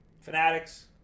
Fanatics